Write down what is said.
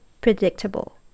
predictable